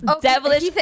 devilish